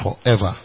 forever